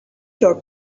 your